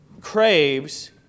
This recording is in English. craves